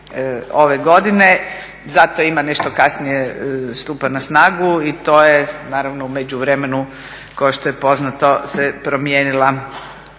ove godine zato ima nešto kasnije stupa na snagu i to je naravno u međuvremenu kao što je poznato se promijenila